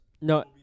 No